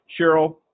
Cheryl